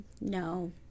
No